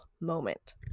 moment